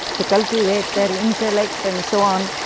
to cultivate their intellect, and so on,